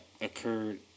occurred